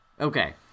Okay